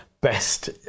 best